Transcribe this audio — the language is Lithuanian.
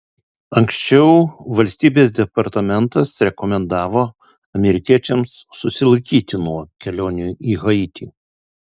anksčiau valstybės departamentas rekomendavo amerikiečiams susilaikyti nuo kelionių į haitį